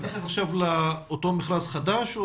אתה מתייחס עכשיו לאותו מכרז חדש?